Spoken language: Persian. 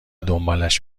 دنبالش